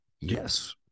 yes